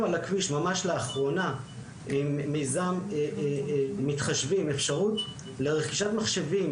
על הכביש ממש לאחרונה עם מיזם מתחשבים אפשרות לרכישת מחשבים